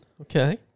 Okay